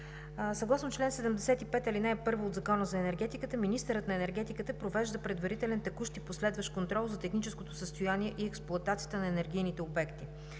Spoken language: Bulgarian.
съгласно чл. 75, ал. 1 от Закона за енергетиката министърът на енергетиката провежда предварителен текущ и последващ контрол за техническото състояние и експлоатацията на енергийните обекти.